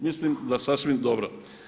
Mislim da sasvim dobro.